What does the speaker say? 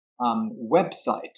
website